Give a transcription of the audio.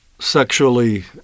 sexually